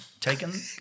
taken